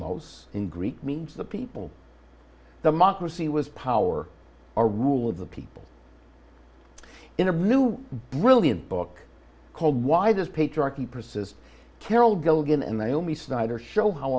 mos in greek means the people the mako see was power or rule of the people in a mood brilliant book called why this patriarchy persists carol gilligan and i only snyder show how